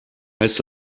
heißt